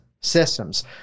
systems